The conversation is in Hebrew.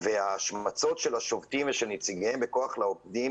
והשמצות של השובתים ונציגיהם בכוח לעובדים,